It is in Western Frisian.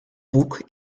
boek